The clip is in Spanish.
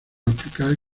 aplicar